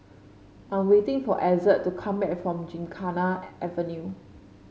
I'm waiting for Ezzard to come back from Gymkhana Avenue